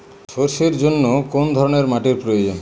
সরষের জন্য কোন ধরনের মাটির প্রয়োজন?